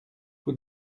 vous